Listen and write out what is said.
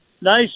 Nice